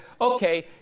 okay